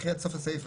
תקראי עד סוף הסעיף.